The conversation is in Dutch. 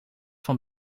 van